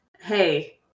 hey